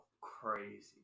crazy